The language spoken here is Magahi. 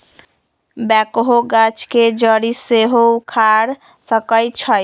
बैकहो गाछ के जड़ी के सेहो उखाड़ सकइ छै